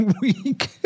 week